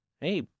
hey